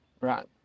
Right